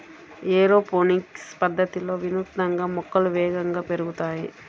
aeroponics పద్ధతిలో వినూత్నంగా మొక్కలు వేగంగా పెరుగుతాయి